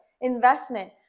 Investment